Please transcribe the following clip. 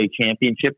Championship